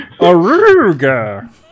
Aruga